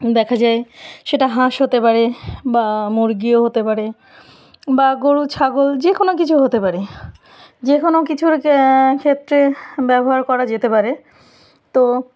দেখা যায় সেটা হাঁস হতে পারে বা মুরগিও হতে পারে বা গরু ছাগল যে কোনো কিছু হতে পারে যে কোনো কিছুর ক্ষেত্রে ব্যবহার করা যেতে পারে তো